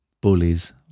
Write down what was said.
bullies